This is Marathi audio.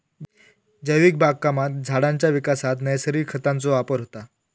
जैविक बागकामात झाडांच्या विकासात नैसर्गिक खतांचो वापर होता